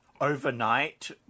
overnight